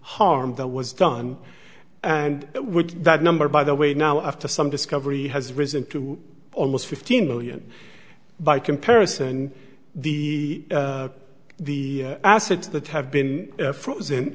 harm that was done and with that number by the way now after some discovery has risen to almost fifteen million by comparison the the assets that have been frozen